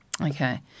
Okay